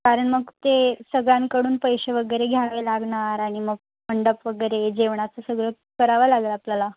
कारण मग ते सगळ्यांकडून पैसे वगैरे घ्यावे लागणार आणि मग मंडप वगैरे जेवणाचं सगळं करावं लागेल आपल्याला